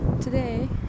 Today